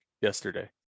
yesterday